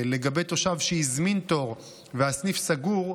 תושב שהזמין תור והסניף סגור,